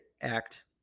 act